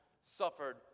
suffered